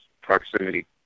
proximity